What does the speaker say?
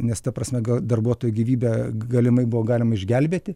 nes ta prasme darbuotojo gyvybę galimai buvo galima išgelbėti